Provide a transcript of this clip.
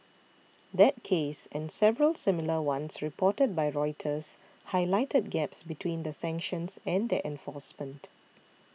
that case and several similar ones reported by Reuters Highlighted Gaps between the sanctions and their enforcement